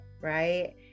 right